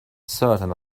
certain